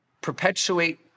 perpetuate